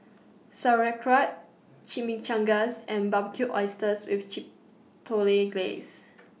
Sauerkraut Chimichangas and Barbecued Oysters with Chipotle Glaze